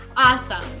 Awesome